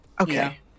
okay